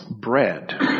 bread